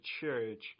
church